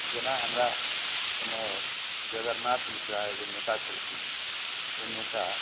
जेना हमरा एम्हर जगन्नाथ मिश्रा एगो नेता छलखिन ओ नेता